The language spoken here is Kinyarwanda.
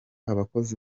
abakozi